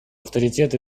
авторитет